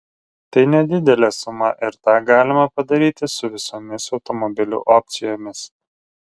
tai nedidelė suma ir tą galima padaryti su visomis automobilių opcijomis